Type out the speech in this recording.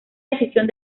decisión